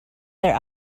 their